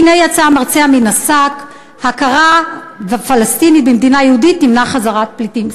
הנה יצא המרצע מן השק: הכרה פלסטינית במדינת ישראל תמנע חזרת פליטים,